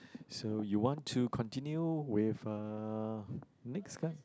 so you want to continue with uh next